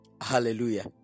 Hallelujah